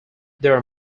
their